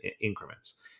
increments